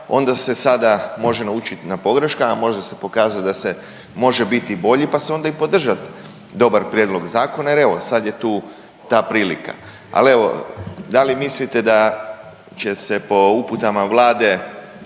onda se sada može naučiti na pogreškama, može se pokazati da se može biti i bolji pa se onda i podržat dobar prijedlog zakona jer evo sad je tu ta prilika. Ali evo da li mislite da će se po uputama Vlade